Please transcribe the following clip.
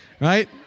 right